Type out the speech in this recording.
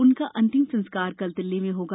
उनका अंतिम संस्कार कल दिल्ली में होगा